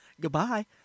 Goodbye